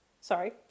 sorry